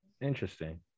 interesting